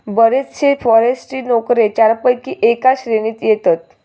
बरेचशे फॉरेस्ट्री नोकरे चारपैकी एका श्रेणीत येतत